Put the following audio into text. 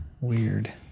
weird